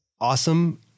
awesome